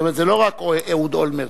זאת אומרת, זה לא רק אהוד אולמרט.